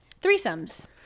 Threesomes